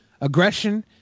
Aggression